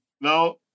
now